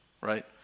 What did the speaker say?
right